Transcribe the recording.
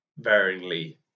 varyingly